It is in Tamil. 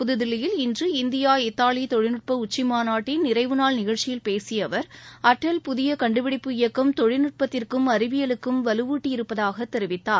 புதுதில்லியில் இன்று இந்தியா இத்தாலிதொழில்நுட்பஉச்சிமாநாட்டின் நிறைவுநாள் நிகழ்ச்சியில் புதியகண்டுபிடிப்பு இயக்கம் தொழில்நுட்பத்திற்கும் பேசியஅவர் அடல் அறிவியலுக்கும் வலுவூட்டியிருப்பதாகதெரிவித்தார்